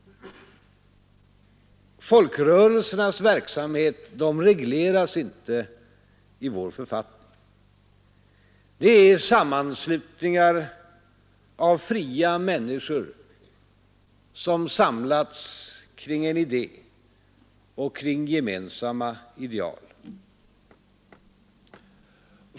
Folkrörelsernas verksamhet regleras inte i vår författning. Det är sammanslutningar av fria människor som samlats kring en idé och kring gemensamma ideal.